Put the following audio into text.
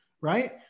right